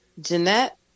Jeanette